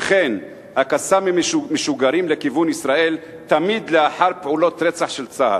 וכן: ה"קסאמים" משוגרים לכיוון ישראל תמיד לאחר פעולות רצח של צה"ל,